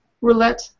roulette